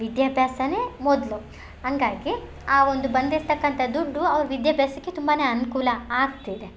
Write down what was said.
ವಿದ್ಯಾಭ್ಯಾಸನೇ ಮೊದಲು ಹಂಗಾಗಿ ಆ ಒಂದು ಬಂದಿರ್ತಕ್ಕಂತ ದುಡ್ಡು ಅವ್ರ ವಿದ್ಯಾಭ್ಯಾಸಕ್ಕೆ ತುಂಬ ಅನುಕೂಲ ಆಗ್ತಿದೆ